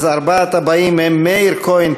אז ארבעת הבאים הם: מאיר כהן,